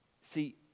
See